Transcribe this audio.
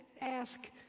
ask